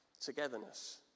togetherness